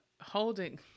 holding